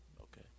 Okay